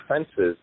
offenses